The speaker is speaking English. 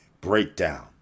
breakdown